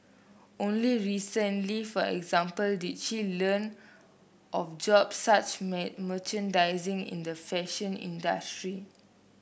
only recently for example did she learn of jobs such merchandising in the fashion industry